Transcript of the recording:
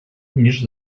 ніж